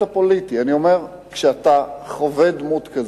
כשאתה חווה דמות כזאת,